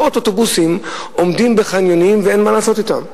מאות אוטובוסים עומדים בחניונים ואין מה לעשות אתם.